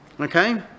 Okay